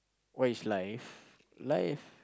what is life life